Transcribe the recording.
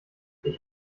ich